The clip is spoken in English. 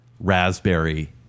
raspberry